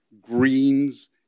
greens